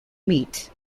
meet